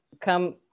come